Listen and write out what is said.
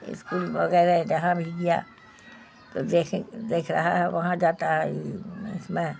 school وغیرہ جہاں بھی گیا تو دیکھیں دیکھ رہا ہے وہاں جاتا ہے اس میں